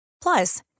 Plus